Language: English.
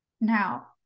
Now